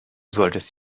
solltest